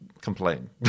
complain